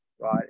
right